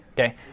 Okay